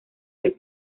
del